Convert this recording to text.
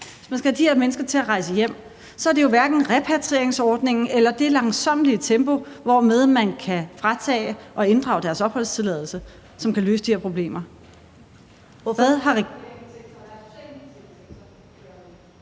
hvis man skal have de her mennesker til at rejse hjem – og nu taler vi kun om syrere – så er det hverken repatrieringsordningen eller det langsommelige tempo, hvormed man kan fratage dem og inddrage deres opholdstilladelse, som kan løse de her problemer.